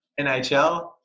NHL